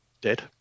dead